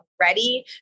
ready